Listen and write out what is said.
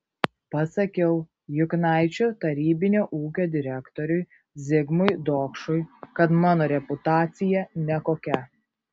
pasakiau juknaičių tarybinio ūkio direktoriui zigmui dokšui kad mano reputacija nekokia